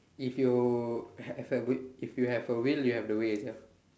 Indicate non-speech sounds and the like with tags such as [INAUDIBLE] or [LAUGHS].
if you [LAUGHS] have a wi if you have a will you have the way ya